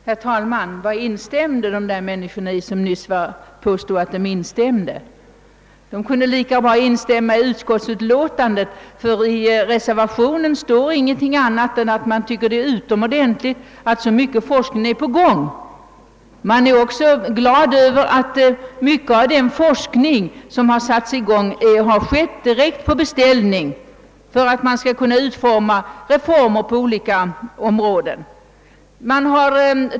Herr talman! Vad var det de ledamöter instämde i som nyss ropades upp av herr talmannen? De kunde lika gärna ha instämt i utskottets hemställan som i herr Larssons i Borrby anförande, ty i reservationen står ingenting annat än att man tycker det är utomordentligt att så mycket forskning är på gång. Man är också glad över att mycket av den forskning som satts i gång har verkställts direkt på beställning för att det skall kunna genomföras reformer på olika områden.